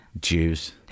Jews